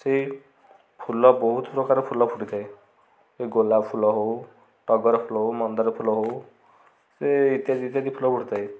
ସେଇ ଫୁଲ ବହୁତ ପ୍ରକାର ଫୁଲ ଫୁଟିଥାଏ ସେ ଗୋଲାପ ଫୁଲ ହଉ ଟଗର ଫୁଲ ହେଉ ମନ୍ଦାର ଫୁଲ ହଉ ସେ ଇତ୍ୟାଦି ଇତ୍ୟାଦି ଫୁଲ ଫୁଟିଥାଏ